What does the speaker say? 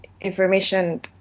information